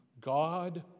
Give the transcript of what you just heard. God